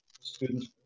students